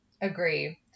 Agree